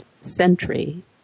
century